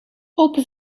open